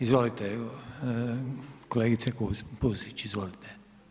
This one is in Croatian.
Izvolite kolegice Pusić, izvolite.